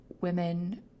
women